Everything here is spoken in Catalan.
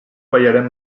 ballarem